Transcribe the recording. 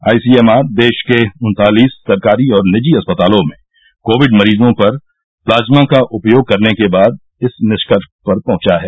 आई C M R देश के उन्तालीस सरकारी और निजी अस्पतालों में कोविड मरीजों पर प्लाज्मा का उपयोग करने के बाद इस निष्कर्ष पर पहुंचा है